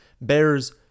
Bears